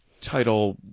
title